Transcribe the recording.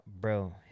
bro